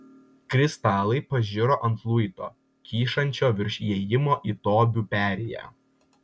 kristalai pažiro ant luito kyšančio virš įėjimo į tobių perėją